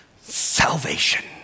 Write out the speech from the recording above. salvation